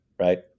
right